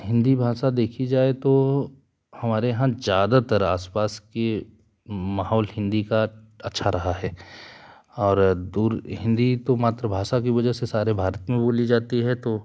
हिंदी भाषा देखी जाए तो हमारे यहाँ ज्यादातर आसपास के माहौल हिंदी का अच्छा रहा है और दूर हिंदी तो मातृभाषा के वजह से सारे भारत में बोली जाती है तो